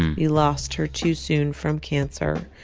we lost her too soon from cancer,